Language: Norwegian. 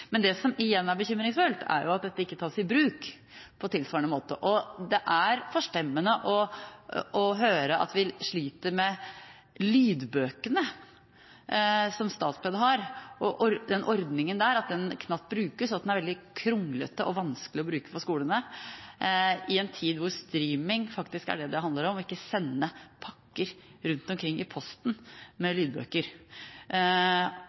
Det som er bekymringsfullt, er at disse ikke tas i bruk. Det er forstemmende å høre at vi sliter med lydbøkene som Statped har – at den ordningen knapt brukes, og at den er veldig vanskelig og kronglete å bruke for skolene i en tid da streaming faktisk er det det handler om, og ikke å sende pakker med lydbøker rundt omkring med posten. Det er en ting som vi fort kan gjøre noe med,